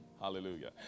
Hallelujah